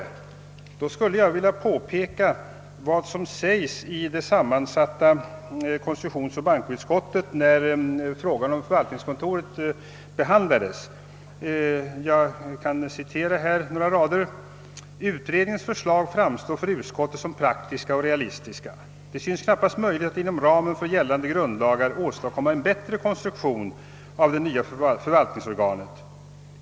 Med anledning därav skulle jag vilja påpeka vad som sades av det sammansatta konstitutionsoch bankoutskottet, när frågan om förvaltningskontoret behandlades. Jag kan här citera några rader: »Utredningens förslag framstår för utskottet som praktiska och realistiska. Det synes knappast möjligt att inom ramen för gällande grundlagar åstadkomma en bättre konstruktion av det nya förvaltningsorganet.